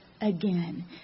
again